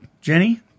Jenny